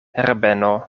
herbeno